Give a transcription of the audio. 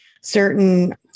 certain